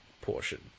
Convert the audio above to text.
portion